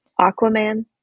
Aquaman